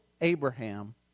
Abraham